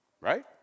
right